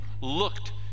looked